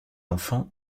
enfants